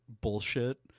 bullshit